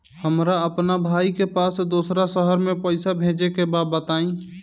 हमरा अपना भाई के पास दोसरा शहर में पइसा भेजे के बा बताई?